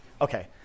Okay